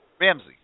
Ramsey